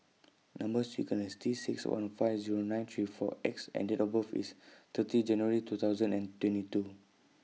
Number sequence IS T six one five Zero nine three four X and Date of birth IS thirty January two thousand and twenty two